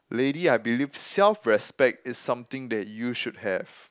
lady I believe self respect is something that you should have